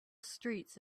streets